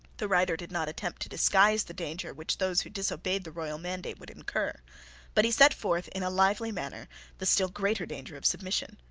the writer did not attempt to disguise the danger which those who disobeyed the royal mandate would incur but he set forth in a lively manner the still greater danger of submission.